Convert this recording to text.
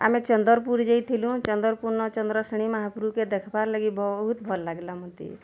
ଆମେ ଚନ୍ଦରପୁର ଯାଇଥିଲୁ ଚନ୍ଦରପୁର ନ ଚନ୍ଦ୍ରଶ୍ରେଣୀ ମହାପୁର୍କେ ଦେଖ୍ବା ଲାଗି ବହୁତ ଭଲ୍ ଲାଗିଲା ମୋତେ